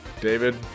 David